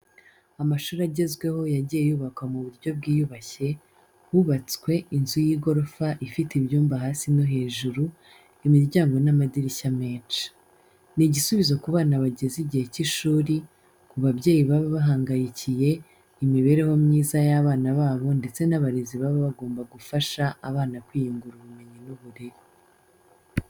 Amashuri agezweho yagiye yubakwa mu buryo bwiyubashye, hubatswe inzu y'igorofa ifite ibyumba hasi no hejuru, imiryango n'amadirishya menshi. Ni igisubizo ku bana bageze igihe cy'ishuri, ku babyeyi baba bahangayikiye imibereho myiza y'abana babo ndetse n'abarezi baba bagomba gufasha abana kwiyungura ubumenyi n'uburere.